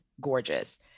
gorgeous